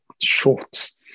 shorts